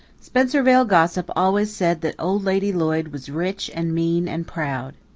spencervale gossip always said that old lady lloyd was rich and mean and proud.